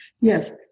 Yes